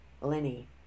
Lenny